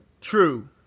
true